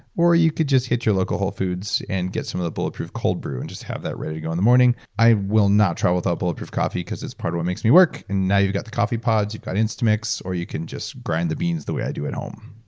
or or you could just hit your local wholefoods, and get some of the bulletproof cold brew, and just have that ready to go in the morning. i will not travel without bulletproof coffee, because it's part of what makes me work. now, you got the coffee pods, you've got instamix, or you can just grind the beans the way i do at home.